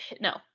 no